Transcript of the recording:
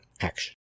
action